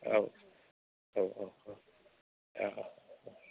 औ औ औ औ औ औ